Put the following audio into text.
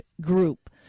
group